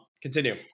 continue